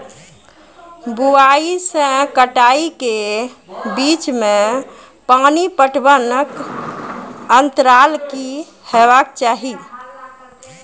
बुआई से कटाई के बीच मे पानि पटबनक अन्तराल की हेबाक चाही?